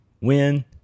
Win